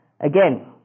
Again